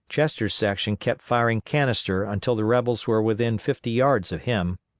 chester's section kept firing canister until the rebels were within fifty yards of him.